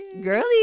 Girly